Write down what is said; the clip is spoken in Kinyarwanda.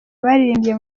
baririmbye